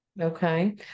Okay